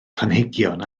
planhigion